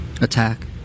attack